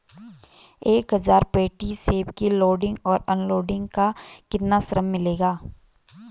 एक हज़ार पेटी सेब की लोडिंग और अनलोडिंग का कितना श्रम मिलेगा?